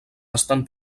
estan